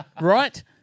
Right